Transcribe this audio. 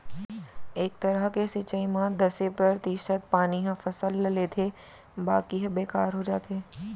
ए तरह के सिंचई म दसे परतिसत पानी ह फसल ल लेथे बाकी ह बेकार हो जाथे